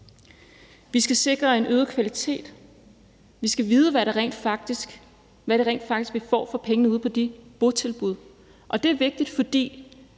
Vi skal sikre en øget kvalitet. Vi skal vide, hvad vi rent faktisk får for pengene ude på de botilbud. Det er vigtigt, fordi